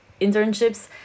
internships